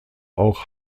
auch